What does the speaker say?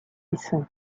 essen